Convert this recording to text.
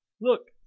Look